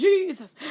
Jesus